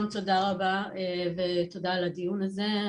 תודה רבה ותודה על הדיון הזה.